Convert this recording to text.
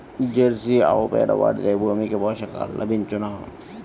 Jersey ఆవు పేడ వాడితే భూమికి పోషకాలు లభించునా?